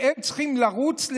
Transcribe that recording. שהם צריכים לרוץ,